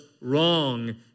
wrong